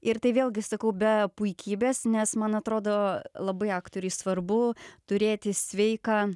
ir tai vėlgi sakau be puikybės nes man atrodo labai aktoriui svarbu turėti sveiką